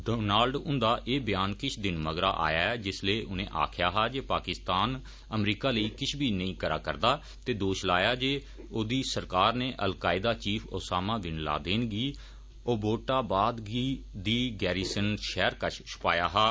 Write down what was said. Donald उंदा एह ब्यान किश दिन मगरा आया ऐ जिस्लै उनें आक्खेया हा जे पाकिस्तान अमरीका लेई किश बी नेई करा रदा ते दोष लाया जे ओहदी सरकार नै al Qaeda chief Osama bin Laden गी अबोटाबाद दी गैरीसन शैहर कश छुपाया हा